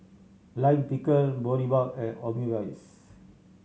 Lime Pickle Boribap and Omurice